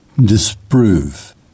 Disprove